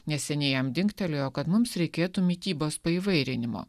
neseniai jam dingtelėjo kad mums reikėtų mitybos paįvairinimo